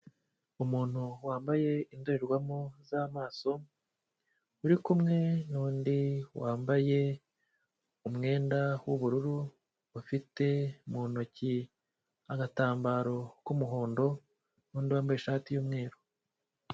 Umuntu wambaye indorerwamo z'amaso, uri kumwe n'undi wambaye umwenda w'ubururu, ufite mu ntoki agatambaro k'umuhondo n'undi wambaye ishati y'umweru.